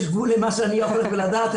יש גבול למה שאני יכול לדעת.